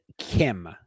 Kim